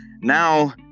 now